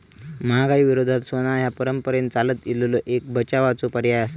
महागाई विरोधात सोना ह्या परंपरेन चालत इलेलो एक बचावाचो पर्याय आसा